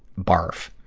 barf!